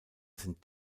sind